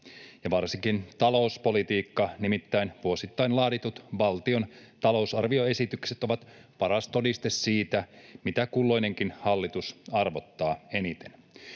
varsinkin talouspolitiikka, nimittäin vuosittain laaditut valtion talousarvioesitykset ovat paras todiste siitä, mitä kulloinenkin hallitus arvottaa eniten.